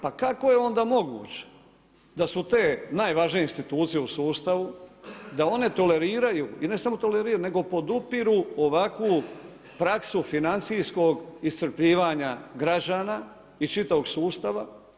Pa kako je onda moguće, da su te najvažnije institucije u sustavu, da one toleriraju i ne samo toleriraju, nego podupiru ovakvu praksu financijskog iscrpljivanja građana iz čitavog sustava.